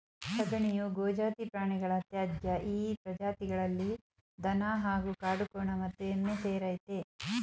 ಸಗಣಿಯು ಗೋಜಾತಿ ಪ್ರಾಣಿಗಳ ತ್ಯಾಜ್ಯ ಈ ಪ್ರಜಾತಿಗಳಲ್ಲಿ ದನ ಹಾಗೂ ಕಾಡುಕೋಣ ಮತ್ತು ಎಮ್ಮೆ ಸೇರಯ್ತೆ